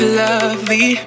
lovely